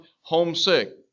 homesick